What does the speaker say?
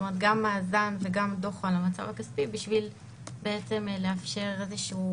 גם מאזן וגם הדוח על המצב הכספי בשביל לאפשר איזשהו